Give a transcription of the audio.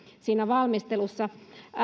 siinä valmistelussa